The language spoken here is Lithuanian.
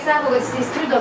sako kad jisai skrido